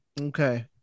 Okay